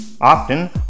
Often